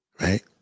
Right